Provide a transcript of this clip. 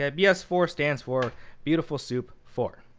ah b s four stands for beautiful soup four.